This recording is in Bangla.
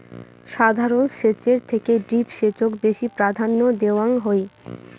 সাধারণ সেচের থেকে ড্রিপ সেচক বেশি প্রাধান্য দেওয়াং হই